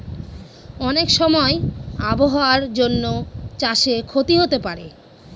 অনেক সময় আবহাওয়ার জন্য চাষে ক্ষতি হতে পারে